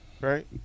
right